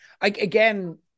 again